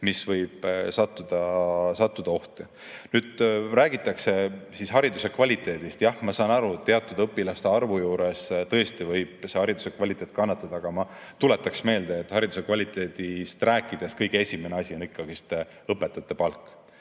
mis võib sattuda ohtu. Räägitakse hariduse kvaliteedist. Jah, ma saan aru, teatud õpilaste arvu juures võib hariduse kvaliteet tõesti kannatada. Aga ma tuletan meelde, et hariduse kvaliteedist rääkides on kõige esimene asi ikkagi õpetajate palk.